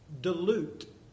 dilute